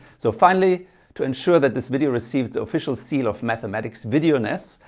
so finally to ensure that this video receives the official seal of mathematics videoness.